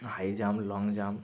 high jump long jump